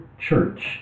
church